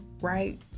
right